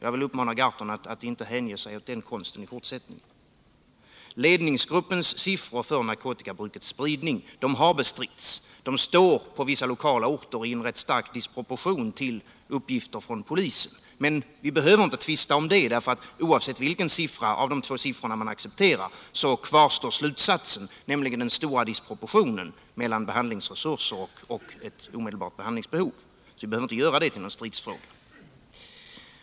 Jag vill uppmana Per Gahrton att inte hänge sig åt den konsten i fortsättningen. Ledningsgruppens siffror över narkotikabrukets spridning har bestritts. De står på vissa lokala orter i ganska stark disproportion till uppgifter från polisen. Men vi behöver inte tvista om det, för oavsett vilken av de två siffrorna man accepterar kvarstår slutsatsen att vi har denna stora disproportion mellan behandlingsresurser och det omedelbara behandlingsbehovet. Vi behöver därför inte göra detta till någon stridsfråga.